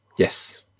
Yes